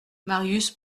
marius